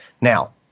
Now